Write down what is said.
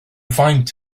faint